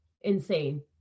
insane